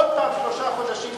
עוד פעם שלושה חודשים,